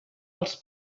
els